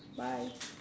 bye